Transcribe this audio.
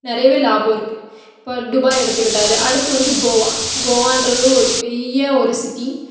நிறையவே லாபம் இருக்குது இப்போ துபாய் எடுத்துக்கிட்டது அடுத்தது வந்து கோவா கோவான்றது ஒரு பெரிய ஒரு சிட்டி